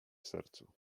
sercu